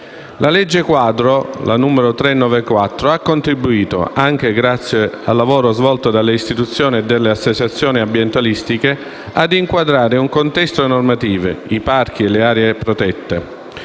La legge-quadro n. 394 del 1991 ha contribuito, anche grazie al lavoro svolto dalle istituzioni e dalle associazioni ambientaliste, a inquadrare in un contesto normativo i parchi e le aree protette.